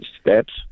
steps